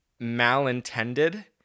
malintended